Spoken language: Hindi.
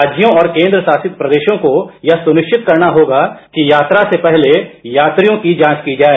राज्यों और केंद्र शासित प्रदेशों को यह सुनिश्चित करना होगा कि यात्रा से पहले यात्रियों की जांच की जाए